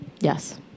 Yes